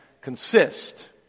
consist